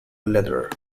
leather